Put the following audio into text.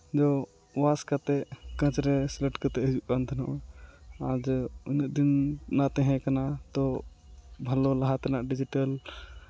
ᱟᱫᱚ ᱚᱣᱟᱥ ᱠᱟᱛᱮᱫ ᱠᱟᱺᱪ ᱨᱮ ᱥᱞᱮᱴ ᱠᱟᱛᱮᱫ ᱦᱤᱡᱩᱜ ᱠᱟᱱ ᱛᱟᱦᱮᱱᱚᱜᱼᱟ ᱟᱫᱚ ᱩᱱᱟᱹᱜ ᱫᱤᱱ ᱚᱱᱟ ᱛᱟᱦᱮᱸᱠᱟᱱᱟ ᱛᱚ ᱵᱷᱟᱞᱚ ᱞᱟᱦᱟ ᱛᱮᱱᱟᱜ ᱰᱤᱡᱤᱴᱮᱞ